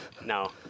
No